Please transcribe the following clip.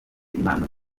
impano